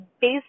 based